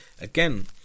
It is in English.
again